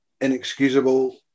inexcusable